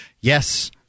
Yes